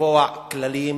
לקבוע כללים